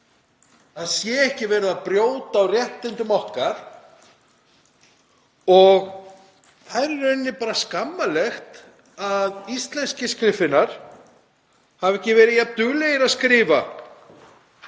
það sé ekki verið að brjóta á réttindum okkar. Það er í rauninni bara skammarlegt að íslenskir skriffinnar hafi ekki verið jafn duglegir að skrifa